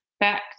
back